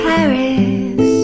Paris